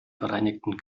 vereinigten